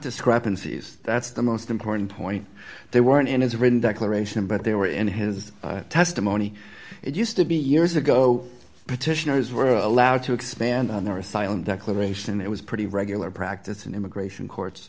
discrepancies that's the most important point they weren't in his written declaration but they were in his testimony it used to be years ago petitioners were allowed to expand on their asylum declaration it was pretty regular practice in immigration court